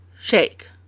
shake